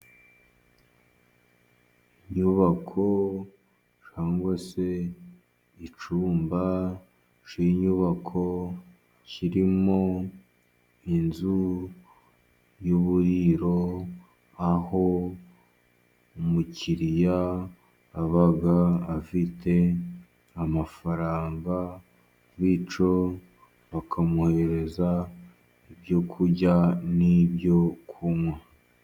Inyubako cg se icyumba cy'inyubako kirimo inzu y'uburiro, aho umukiriya aba afite amafaranga, bityo bakamwohereza ibyo ku kurya n'ibyo kunywa.